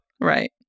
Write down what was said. Right